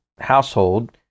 household